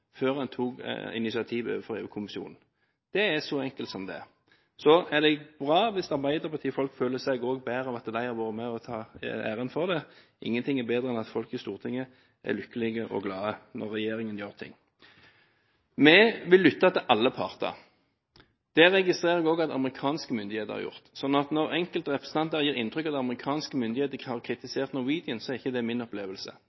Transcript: før man tok initiativ overfor EU-kommisjonen. Det er så enkelt som det er. Så er det bra hvis arbeiderpartifolk føler seg bedre ved at de har vært med på å ta æren for det. Ingenting er bedre enn at folk i Stortinget er lykkelige og glade når regjeringen gjør ting. Vi vil lytte til alle parter. Det registrerer jeg også at amerikanske myndigheter har gjort. Når enkelte representanter gir inntrykk av at amerikanske myndigheter har kritisert Norwegian, er ikke det min opplevelse.